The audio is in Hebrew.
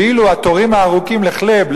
ואילו התורים הארוכים לחְלֶבּ,